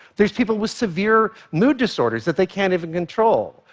there's people with severe mood disorders that they can't even control.